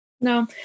No